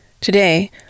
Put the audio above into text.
Today